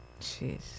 Jeez